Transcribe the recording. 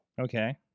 okay